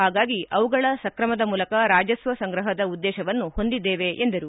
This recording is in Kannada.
ಹಾಗಾಗಿ ಅವುಗಳ ಸಕ್ರಮದ ಮೂಲಕ ರಾಜಸ್ವ ಸಂಗ್ರಹದ ಉದ್ದೇಶವನ್ನು ಹೊಂದಿದ್ದೇವೆ ಎಂದರು